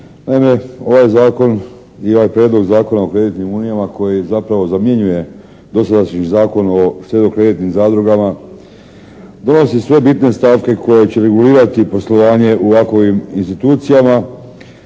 ovaj zakon i ovaj Prijedlog zakona o kreditnim unijama koji zapravo zamjenjuje dosadašnji Zakon o štedno-kreditnim zadrugama donosi sve bitne stavke koje će regulirati poslovanje u ovakovim institucijama